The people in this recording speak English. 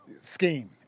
Scheme